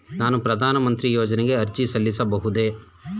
ನಾನು ಪ್ರಧಾನ ಮಂತ್ರಿ ಯೋಜನೆಗೆ ಅರ್ಜಿ ಸಲ್ಲಿಸಬಹುದೇ?